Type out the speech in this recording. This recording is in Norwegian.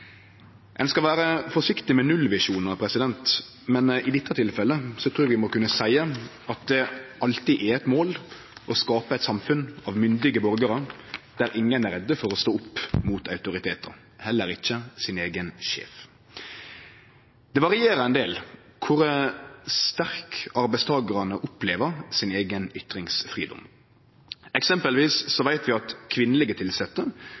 Ein skal vere forsiktig med nullvisjonar, men i dette tilfellet trur eg vi må kunne seie at det alltid er eit mål å skape eit samfunn av myndige borgarar, der ingen er redde for å stå opp mot autoritetar – heller ikkje eigen sjef. Det varierer ein del kor sterk arbeidstakarane opplever sin eigen ytringsfridom. Eksempelvis veit vi at kvinnelege tilsette